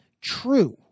true